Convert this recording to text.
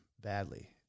badly